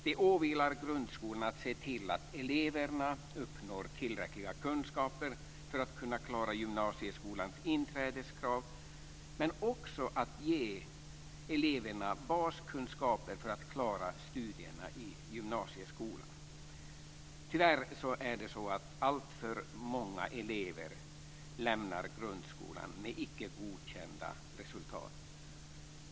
Det åvilar grundskolan att se till att eleverna uppnår tillräckliga kunskaper för att klara gymnasieskolans inträdeskrav, men också att ge eleverna baskunskaper för att klara studierna i gymnasieskolan. Tyvärr är det alltför många elever som lämnar grundskolan med icke godkända resultat.